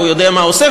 הוא יודע מה הוא עושה,